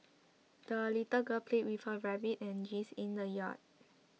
the little girl played with her rabbit and geese in the yard